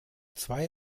zwei